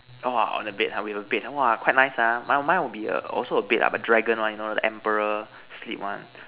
orh on the bed we have a bed !wah! quite nice ha but mine would be a also be a bed lah but dragon one you know the emperor sleep one